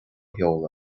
sheoladh